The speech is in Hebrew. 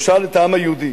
הוא שאל את העם היהודי,